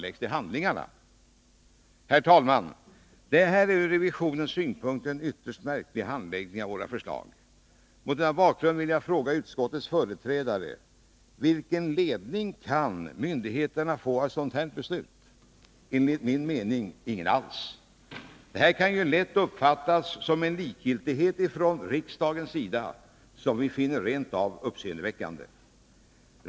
Personalresurserna Herr talman! Detta är ur revisionens synpunkt en ytterst märklig för kontrollen av handläggning av våra förslag. Mot denna bakgrund vill jag fråga utskottets arbetsgivaravgifter företrädare: Vilken ledning kan myndigheterna få av ett sådant beslut? och källskatt Enligt min mening ingen alls! Det kan lätt uppfattas som en likgiltighet från riksdagens sida som vi finner rent uppseendeväckande.